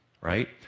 right